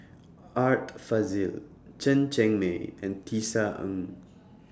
Art Fazil Chen Cheng Mei and Tisa Ng